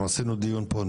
אנחנו עשינו דיון פה,